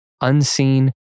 unseen